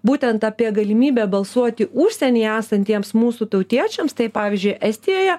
būtent apie galimybę balsuoti užsienyje esantiems mūsų tautiečiams tai pavyzdžiui estijoje